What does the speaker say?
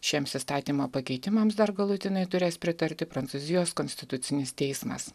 šiems įstatymo pakeitimams dar galutinai turės pritarti prancūzijos konstitucinis teismas